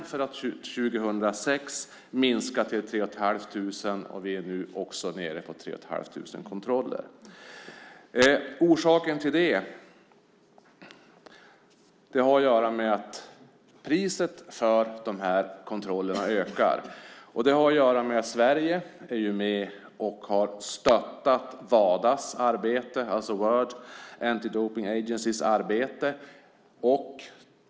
År 2006 minskade antalet kontroller till 3 500. Också nu är vi nere på 3 500 kontroller. Orsaken till det har att göra med att priset för de här kontrollerna ökar. Sverige är med och har stöttat Wadas arbete, World Anti-Doping Agency's arbete.